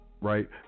right